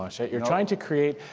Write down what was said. um you're trying to create